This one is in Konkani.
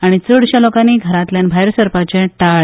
आनी चडश्या लोकानी घरातल्यान भायर सरपाचे टाळळे